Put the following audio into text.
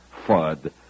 FUD